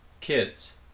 kids